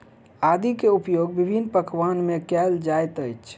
आदी के उपयोग विभिन्न पकवान में कएल जाइत अछि